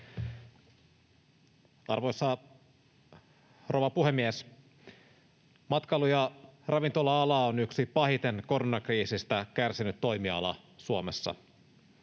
Arvoisa rouva puhemies! Matkailu- ja ravintola-ala on yksi pahiten koronakriisistä kärsinyt toimiala Suomessa.